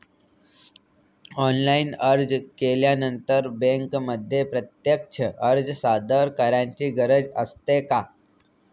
Online अर्ज केल्यानंतर बँकेमध्ये प्रत्यक्ष अर्ज सादर करायची गरज असते का?